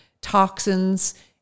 toxins